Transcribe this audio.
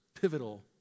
pivotal